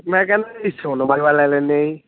ਮੈਂ ਕਹਿੰਦਾ ਸੋਨਮ ਬਾਜਵਾ ਲੈ ਲੈਂਦੇ ਹਾਂ ਜੀ